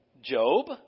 Job